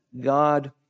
God